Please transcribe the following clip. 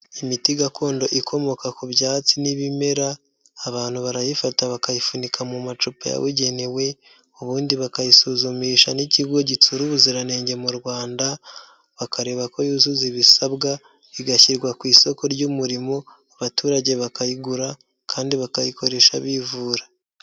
Imiti gakondo ikomoka ku byatsi n'ibimera abantu barayifata bakayifunika mu macupa yabugenewe, ubundi bakayisuzumisha n'ikigo gitsura ubuziranenge mu Rwanda, bakareba ko yuzuza ibisabwa, igashyirwa ku isoko ry'umurimo, abaturage bakayigura kandi bakayikoresha bivura.